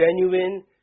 genuine